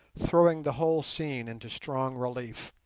throwing the whole scene into strong relief,